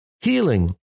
healing